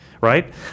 right